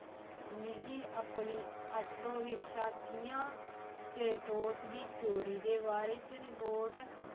मिगी अपनी auto rickshaw Kia Seltos दी चोरी दे बारै च रिपोर्ट